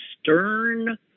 stern